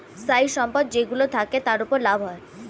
স্থায়ী সম্পদ যেইগুলো থাকে, তার উপর লাভ হয়